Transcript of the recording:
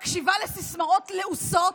מקשיבה לסיסמאות לעוסות,